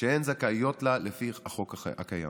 שהן זכאיות לה לפי החוק הקיים.